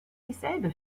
dieselbe